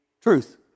truth